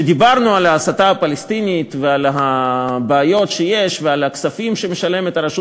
דיברנו על ההסתה הפלסטינית ועל הבעיות שיש ועל הכספים שהרשות